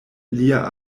lia